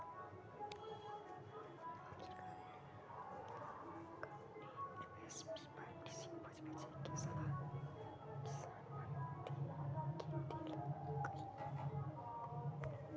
सरकार ने एम.एस.पी पर कृषि उपज बेचे के सलाह किसनवन के देल कई